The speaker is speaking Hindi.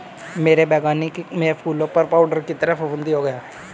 मेरे बगानी में फूलों पर पाउडर की तरह फुफुदी हो गया हैं